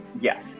Yes